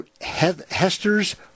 Hester's